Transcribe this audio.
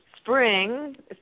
spring